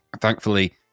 Thankfully